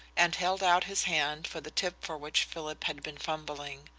and held out his hand for the tip for which philip had been fumbling.